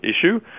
issue